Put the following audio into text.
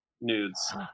nudes